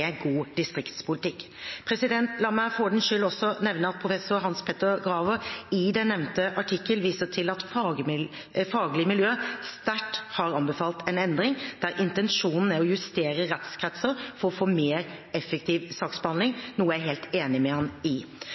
god distriktspolitikk. La meg for ordens skyld også nevne at professor Hans Petter Graver i den nevnte artikkelen viser til at faglige miljø sterkt har anbefalt en endring der intensjonen er å justere rettskretser for å få en mer effektiv saksbehandling, noe jeg er helt enig med ham i.